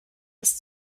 ist